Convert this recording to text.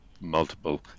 multiple